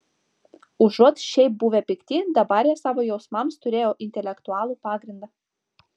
užuot šiaip buvę pikti dabar jie savo jausmams turėjo intelektualų pagrindą